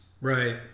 Right